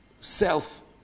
self